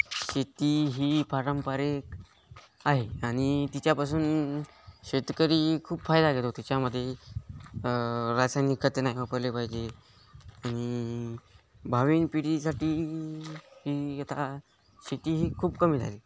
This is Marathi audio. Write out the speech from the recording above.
शेती ही पारंपरिक आहे आणि तिच्यापासून शेतकरी खूप फायदा घेतो तिच्यामध्ये रासायनिक खते नाही वापरले पाहिजे आणि भावी पिढीसाठी ही आता शेती ही खूप कमी झाली